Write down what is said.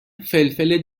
فلفل